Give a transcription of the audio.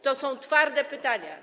To są twarde pytania.